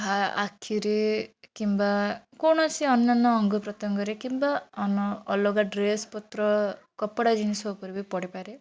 ତାହା ଆଖିରେ କିମ୍ବା କୌଣସି ଅନ୍ୟାନ୍ୟ ଅଙ୍ଗପ୍ରତ୍ୟଙ୍ଗରେ କିମ୍ବା ଅନ୍ୟ ଅଲଗା ଡ୍ରେସ୍ ପତ୍ର କପଡ଼ା ଜିନିଷ ଉପରେ ବି ପଡ଼ିପାରେ